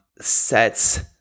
sets